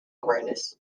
awareness